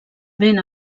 ben